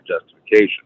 justification